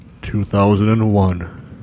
2001